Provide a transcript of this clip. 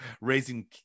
raising